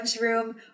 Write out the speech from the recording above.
room